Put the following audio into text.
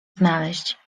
znaleźć